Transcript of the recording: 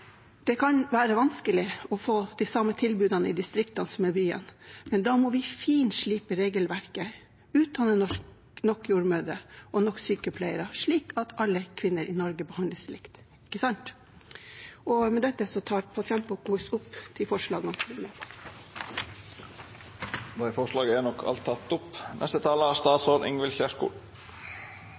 Det kan være vanskelig å få de samme tilbudene i distriktene som i byene, men da må vi finslipe regelverket og utdanne nok jordmødre og nok sykepleiere, slik at alle kvinner i Norge behandles likt. Ikke sant? Vi har en god svangerskaps-, fødsels- og